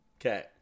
Okay